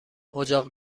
اجاق